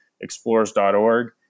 explorers.org